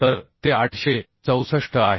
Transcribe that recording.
तर ते 864 आहे